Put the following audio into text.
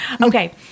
Okay